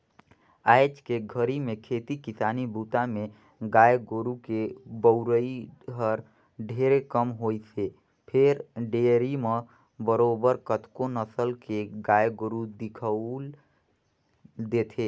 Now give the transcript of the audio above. आयज के घरी में खेती किसानी बूता में गाय गोरु के बउरई हर ढेरे कम होइसे फेर डेयरी म बरोबर कतको नसल के गाय गोरु दिखउल देथे